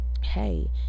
hey